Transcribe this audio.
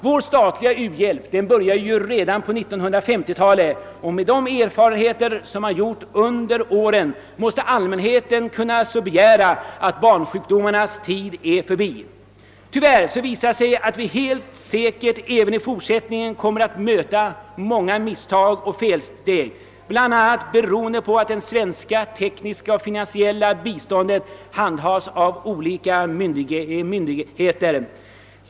Vår statliga u-hjälp började redan på 1950-talet, och med de erfarenheter som man gjort under åren måste allmänheten kunna begära att barnsjukdomarnas tid är förbi. Tyvärr visar sig att vi helt säkert även i fortsättningen kommer att göra många felsteg och misstag som bl.a. beror på att de svenska tekniska och finansiella bistånden handhas av olika myndigheter.